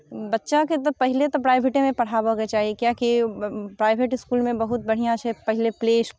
बच्चाके तऽ पहिले तऽ प्राइभेटेमे पढ़ाबयके चाही किआकि प्राइभेट इस्कुलमे बहुत बढ़िआँ छै पहिले प्ले